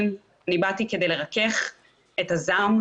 כביש בר אילן,